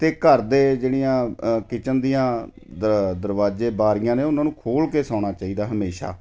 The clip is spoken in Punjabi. ਅਤੇ ਘਰ ਦੇ ਜਿਹੜੀਆਂ ਕਿਚਨ ਦੀਆਂ ਦਰਵਾਜ਼ੇ ਬਾਰੀਆਂ ਨੇ ਉਹਨਾਂ ਨੂੰ ਖੋਲ੍ਹ ਕੇ ਸੌਣਾ ਚਾਹੀਦਾ ਹਮੇਸ਼ਾ